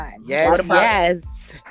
Yes